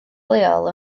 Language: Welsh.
leol